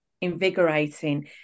invigorating